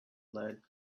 lead